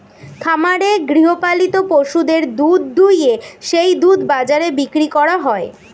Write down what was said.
খামারে গৃহপালিত পশুদের দুধ দুইয়ে সেই দুধ বাজারে বিক্রি করা হয়